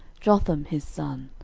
jotham his son,